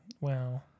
wow